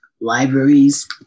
libraries